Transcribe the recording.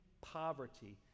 poverty